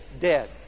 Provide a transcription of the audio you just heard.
Dead